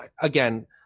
again